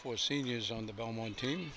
four seniors on the belmont t